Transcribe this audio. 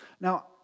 Now